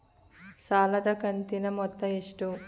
ಸಾಲದ ಕಂತಿನ ಮೊತ್ತ ಎಷ್ಟು?